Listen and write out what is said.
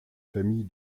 famille